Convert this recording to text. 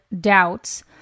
doubts